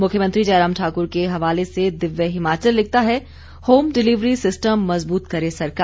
मुख्यमंत्री जयराम ठाकुर के हवाले से दिव्य हिमाचल लिखता है होम डिलिवरी सिस्टम मजबूत करे सरकार